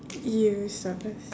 you start first